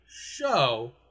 show